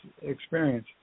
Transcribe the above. experience